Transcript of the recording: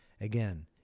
Again